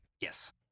Yes